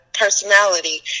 personality